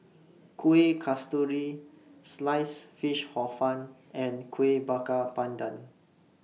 Kuih Kasturi Sliced Fish Hor Fun and Kuih Bakar Pandan